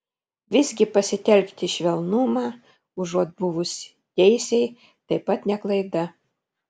visgi pasitelkti švelnumą užuot buvus teisiai taip pat ne klaida